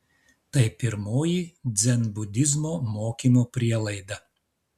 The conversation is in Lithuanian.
tai pirmoji dzenbudizmo mokymo prielaida